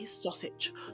sausage